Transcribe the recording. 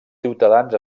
ciutadans